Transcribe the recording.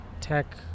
tech